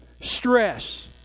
Stress